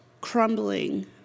crumbling